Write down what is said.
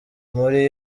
muri